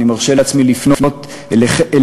אני מרשה לעצמי לפנות אליכן,